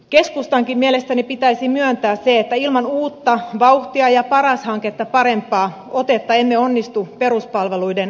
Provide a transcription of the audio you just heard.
keskustankin mielestäni pitäisi myöntää se että ilman uutta vauhtia ja paras hanketta parempaa otetta emme onnistu peruspalveluiden turvaamisessa